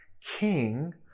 king